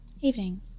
evening